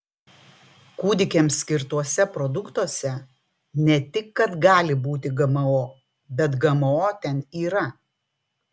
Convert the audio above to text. kūdikiams skirtuose produktuose ne tik kad gali būti gmo bet gmo ten yra